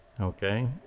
okay